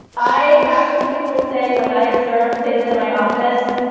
i actually will say when i observe kids in my office.